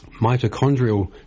mitochondrial